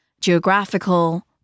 Geographical